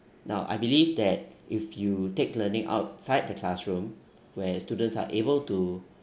now I believe that if you take learning outside the classroom where students are able to